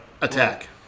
attack